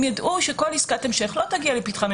הם יידעו שכל עסקת המשך לא תגיע לפתחם,